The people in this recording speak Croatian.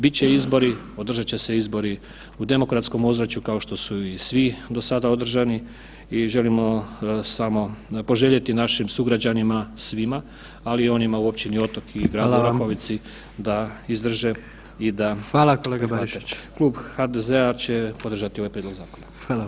Bit će izbori, održat će se izbori u demokratskom ozračju kao što su i svi do sada održani i želimo samo poželjeti našim sugrađanima svima, ali i onima u općini Otok i gradu Orahovici da izdrže i da [[Upadica: Hvala kolega Barišić.]] Klub HDZ će podržati ovaj prijedlog zakona.